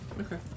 Okay